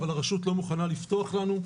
אבל הרשות לא מוכנה לפתוח לנו,